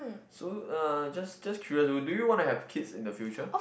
so uh just just curious do you want to have kids in the future